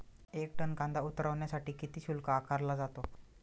एक टन कांदा उतरवण्यासाठी किती शुल्क आकारला जातो?